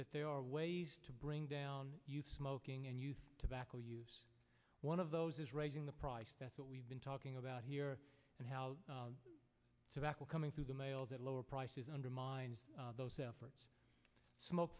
that there are ways to bring down you smoking and use tobacco use one of those is raising the price that's what we've been talking about here and how to tackle coming through the mail that lower prices undermine those efforts smoke